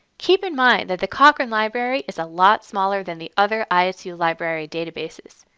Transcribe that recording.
keep in mind that the cochrane library is a lot smaller than the other isu library databases.